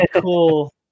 cool